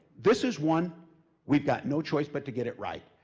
this is one we've got no choice but to get it right.